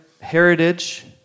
heritage